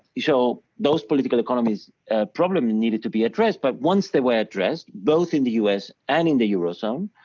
yeah so, those political economies problem and needed to be addressed but once they were addressed, both in the us and in the eurozone,